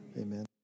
Amen